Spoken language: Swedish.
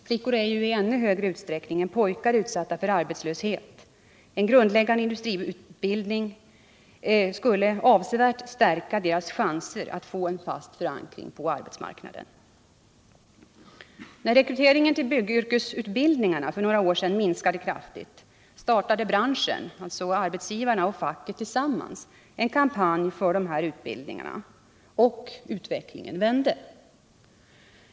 Flickor är ju i ännu större utsträckning än pojkar utsatta för arbetslöshet. En grundläggande industriutbildning skulle avsevärt stärka deras chanser att få en fast förankring på arbetsmarknaden. minskade kraftigt startade branschen — arbetsgivarna och facket tillsammans Nr 142 —- en kampanj för dessa utbildningar. Och utvecklingen vände.